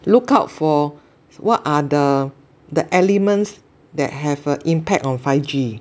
look out for what are the the elements that have an impact on five G